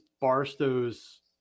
Barstow's